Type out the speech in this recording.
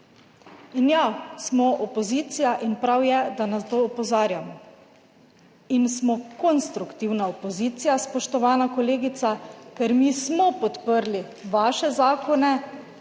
In, ja, smo opozicija, in prav je, da na to opozarjamo. Smo konstruktivna opozicija, spoštovana kolegica, ker mi smo podprli vaše zakone